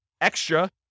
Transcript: extra